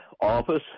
office